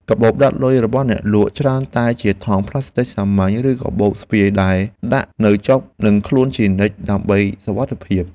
កាបូបដាក់លុយរបស់អ្នកលក់ច្រើនតែជាថង់ប្លាស្ទិចសាមញ្ញ ឬកាបូបស្ពាយដែលដាក់នៅជាប់នឹងខ្លួនជានិច្ចដើម្បីសុវត្ថិភាព។